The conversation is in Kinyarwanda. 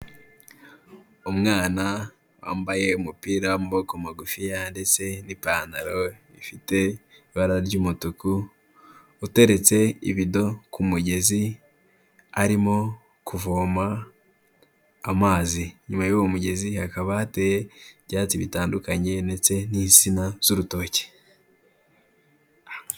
Umwana wambaye umupira w'amaboko magufiya ndetse n'ipantaro ifite ibara ry'umutuku, uteretse ibido ku mugezi arimo kuvoma amazi. Inyuma y'uwo mugezi hakaba hateye ibyatsi bitandukanye ndetse n'insina z'urutoki.